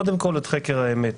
קודם כול, את חקר האמת.